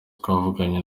twavuganye